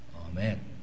Amen